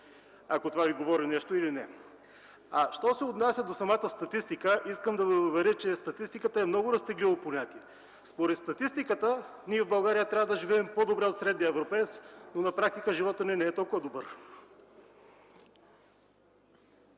ако това Ви говори нещо. Що се отнася до самата статистика, искам да Ви уверя, че статистиката е много разтегливо понятие. Според статистиката в България трябва да живеем по-добре от средния европеец, но на практика животът ни не е толкова добър.